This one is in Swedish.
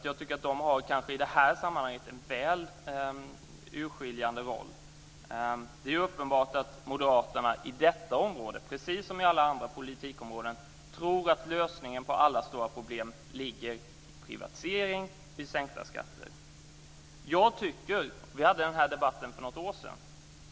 Jag tycker att de i det här sammanhanget har en väl urskiljande roll. Det är uppenbart att Moderaterna på detta område, precis som på alla andra politikområden, tror att lösningen på alla stora problem ligger i privatisering och sänkta skatter. Vi hade den här debatten för något år sedan.